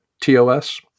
TOS